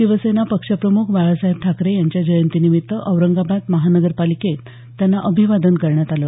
शिवसेना पक्षप्रमुख बाळासाहेब ठाकरे यांच्या जयंती निमित्त औरंगाबाद महानगरपालिकेत त्यांना अभिवादन करण्यात आलं